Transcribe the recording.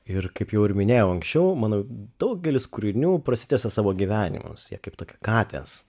ir kaip jau ir minėjau anksčiau manau daugelis kūrinių prasitęsia savo gyvenimus jie kaip tokie katės